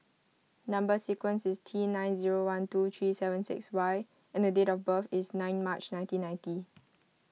Number Sequence is T nine zero one two three seven six Y and date of birth is nine March nineteen ninety